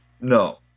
No